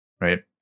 right